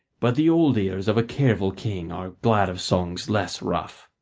but the old ears of a careful king are glad of songs less rough.